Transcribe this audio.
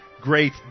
great